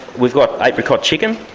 we've got apricot chicken,